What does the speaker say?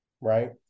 right